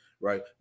right